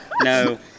no